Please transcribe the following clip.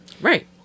Right